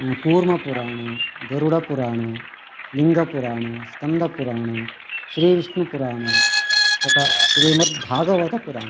कूर्मपुराणं गरुडपुराणं लिङ्गपुराणं स्कन्दपुराणं श्रीविष्णुपुराणं तथा श्रीमद्भागवतपुराणम्